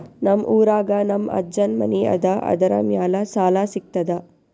ನಮ್ ಊರಾಗ ನಮ್ ಅಜ್ಜನ್ ಮನಿ ಅದ, ಅದರ ಮ್ಯಾಲ ಸಾಲಾ ಸಿಗ್ತದ?